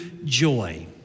Joy